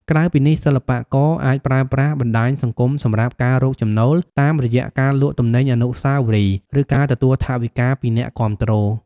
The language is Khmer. ក្រៅពីនេះ សិល្បករអាចប្រើប្រាស់បណ្ដាញសង្គមសម្រាប់ការរកចំណូលតាមរយៈការលក់ទំនិញអនុស្សាវរីយ៍ ឬការទទួលថវិកាពីអ្នកគាំទ្រ។